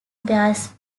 bass